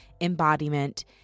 embodiment